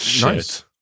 nice